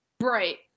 Right